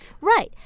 Right